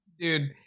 Dude